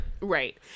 Right